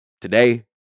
today